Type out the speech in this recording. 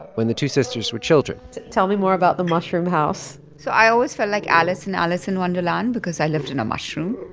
when the two sisters were children tell me more about the mushroom house so i always felt like alice and alice in wonderland because i lived in a mushroom